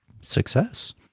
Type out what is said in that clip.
Success